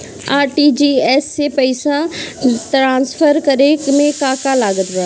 RTGS से पईसा transfer करे मे का का लागत बा?